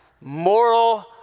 moral